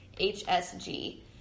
HSG